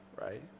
Right